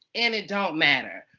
and it don't matter.